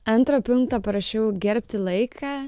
antrą punktą parašiau gerbti laiką